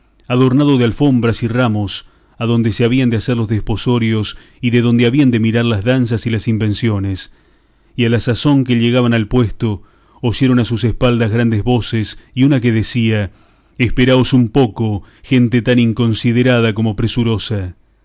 adornado de alfombras y ramos adonde se habían de hacer los desposorios y de donde habían de mirar las danzas y las invenciones y a la sazón que llegaban al puesto oyeron a sus espaldas grandes voces y una que decía esperaos un poco gente tan inconsiderada como presurosa